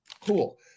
cool